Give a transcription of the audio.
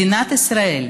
מדינת ישראל,